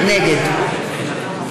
נגד איוב